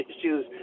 issues